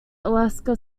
alaska